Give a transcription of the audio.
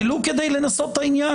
ולו כדי לנסות את העניין.